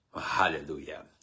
Hallelujah